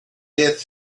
death